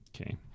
Okay